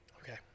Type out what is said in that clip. okay